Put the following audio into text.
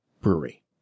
brewery